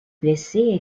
blessés